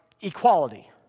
equality